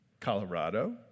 Colorado